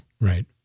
Right